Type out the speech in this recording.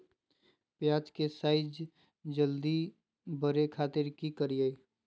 प्याज के साइज जल्दी बड़े खातिर की करियय?